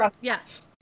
Yes